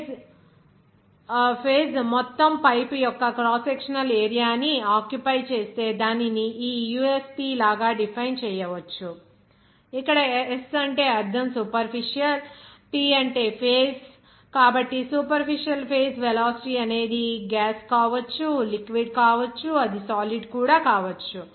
phase మొత్తం pipe యొక్క cross sectional area ని ఆక్యుపై చేస్తే దానిని ఈ USP లాగా డిఫైన్ చేయవచ్చు ఇక్కడ S అంటే అర్థం సూపర్ఫిషల్ P అంటే ఫేజ్ కాబట్టి సూపర్ఫిషల్ ఫేజ్ వెలాసిటీ అనేది ఇది గ్యాస్ కావచ్చు లిక్విడ్ కావచ్చు అది సాలిడ్ కూడా కావచ్చు